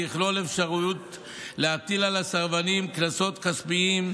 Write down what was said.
ויכלול אפשרות להטיל על הסרבנים קנסות כספיים,